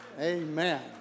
Amen